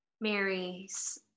Mary's